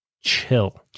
chill